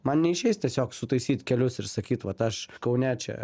man neišeis tiesiog sutaisyt kelius ir sakyt vat aš kaune čia